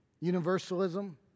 Universalism